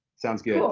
sounds good. cool!